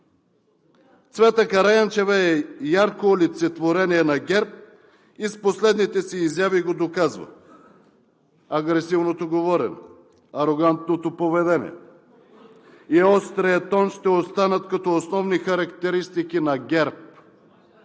Цвета Караянчева е ярко олицетворение на ГЕРБ и с последните си изяви го доказва. Агресивното говорене, арогантното поведение и острият тон ще останат като основни характеристики на ГЕРБ